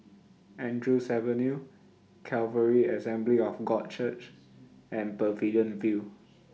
Andrews Avenue Calvary Assembly of God Church and Pavilion View